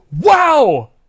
wow